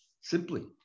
simply